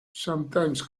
sometimes